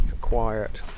quiet